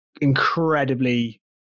incredibly